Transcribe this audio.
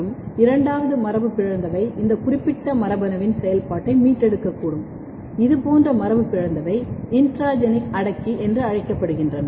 மற்றும் இரண்டாவது மரபுபிறழ்ந்தவை இந்த குறிப்பிட்ட மரபணுவின் செயல்பாட்டை மீட்டெடுக்கக்கூடும் இதுபோன்ற மரபுபிறழ்ந்தவை இன்ட்ராஜெனிக் அடக்கி என்று அழைக்கப்படுகின்றன